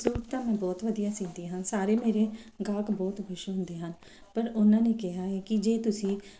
suit ਤਾਂ ਮੈਂ ਬਹੁਤ ਵਧੀਆ ਸੀਂਦੀ ਹਾਂ ਸਾਰੇ ਮੇਰੇ ਗਾਹਕ ਬਹੁਤ ਖੁਸ਼ ਹੁੰਦੇ ਹਨ ਪਰ ਉਹਨਾਂ ਨੇ ਕਿਹਾ ਹੈ ਕਿ ਜੇ ਤੁਸੀਂ